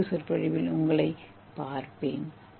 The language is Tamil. வேறொரு சொற்பொழிவில் உங்களைப் பார்ப்பேன்